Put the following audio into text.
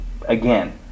again